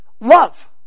Love